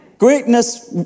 Greatness